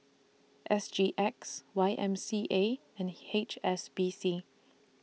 S G X Y M C A and H S B C